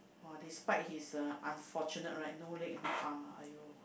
uh despite he's a unfortunate right no leg no arm ah !aiyo!